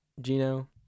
gino